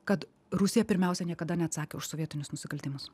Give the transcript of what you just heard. kad rusija pirmiausia niekada neatsakė už sovietinius nusikaltimus